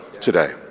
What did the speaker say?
today